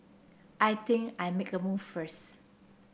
I think I'll make a move first